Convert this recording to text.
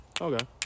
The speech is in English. Okay